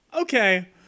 Okay